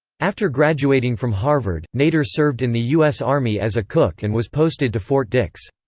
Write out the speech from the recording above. after graduating from harvard, nader served in the u s. army as a cook and was posted to fort dix.